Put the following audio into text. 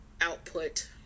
output